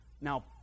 now